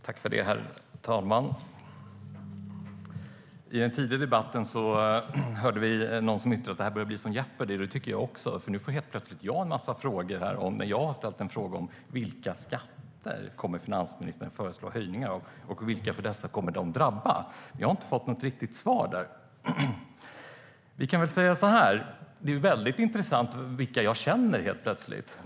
Herr talman! I den tidigare debatten var det någon som yttrade att det här börjar bli som Jeopardy. Det tycker jag också, för nu är det helt plötsligt jag som får en massa frågor när jag frågat vilka skatter finansministern kommer att föreslå höjningar av och vilka de kommer att drabba. Jag har inte fått något riktigt svar där. Det är visst plötsligt väldigt intressant vilka jag känner.